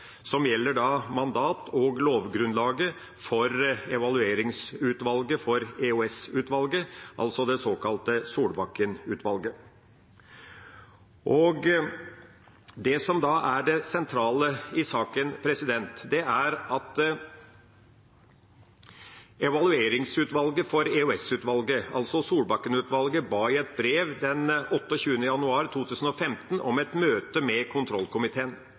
som gjelder mandat og lovgrunnlaget for evalueringsutvalget for EOS-utvalget, det såkalte Solbakken-utvalget. Det som er det sentrale i saken, er at evalueringsutvalget for EOS-utvalget, altså Solbakken-utvalget, i et brev 28. januar 2015 ba om et møte med